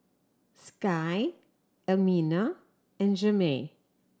Sky Elmina and Jermey